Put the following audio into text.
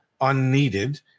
unneeded